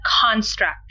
construct